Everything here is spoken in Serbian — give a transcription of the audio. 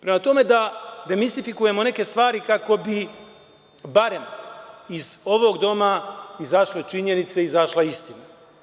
Prema tome, da demistifikujemo neke stvari kako bi barem iz ovog doma izašle činjenice, izašla istina.